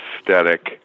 aesthetic